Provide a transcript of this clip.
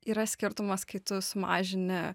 yra skirtumas kai tu sumažini